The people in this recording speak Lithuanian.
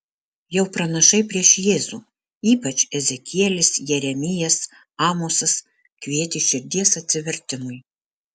jau pranašai prieš jėzų ypač ezekielis jeremijas amosas kvietė širdies atsivertimui